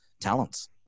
talents